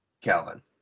Calvin